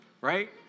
right